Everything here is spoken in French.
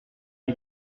des